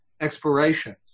explorations